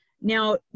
Now